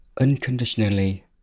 unconditionally